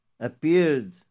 appeared